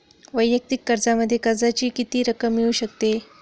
वैयक्तिक कर्जामध्ये कर्जाची किती रक्कम मिळू शकते?